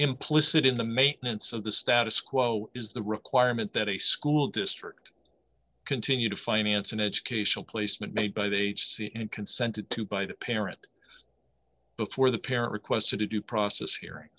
implicit in the maintenance of the status quo is the requirement that a school district continue to finance an educational placement made by they see and consented to by the parent before the parent requested to due process he